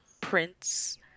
prince